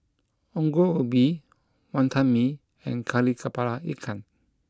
Ongol Ubi Wonton Mee and Kari Kepala Ikan